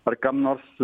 ar kam nors